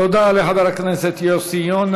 תודה לחבר הכנסת יוסי יונה.